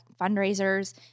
fundraisers